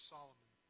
Solomon